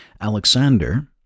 Alexander